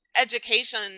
education